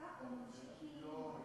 ההסכמה הזאת, אין בעיה.